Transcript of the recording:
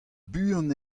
buan